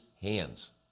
hands